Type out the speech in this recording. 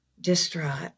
distraught